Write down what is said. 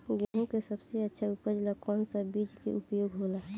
गेहूँ के सबसे अच्छा उपज ला कौन सा बिज के उपयोग होला?